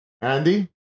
Andy